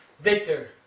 Victor